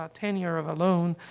ah tenure of a loan,